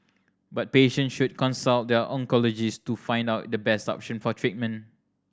but patients should consult their oncologist to find out the best option for treatment